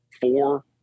four